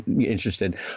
interested